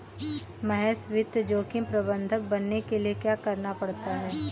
महेश वित्त जोखिम प्रबंधक बनने के लिए क्या करना पड़ता है?